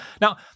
Now